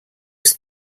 was